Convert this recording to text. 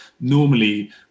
normally